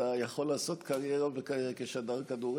אתה יכול לעשות קריירה כשדר כדורגל,